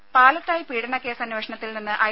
ദരര പാലത്തായി പീഡന കേസന്വേഷണത്തിൽ നിന്ന് ഐ